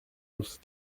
notre